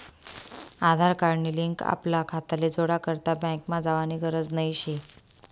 आधार card नी link आपला खाताले जोडा करता बँकमा जावानी गरज नही शे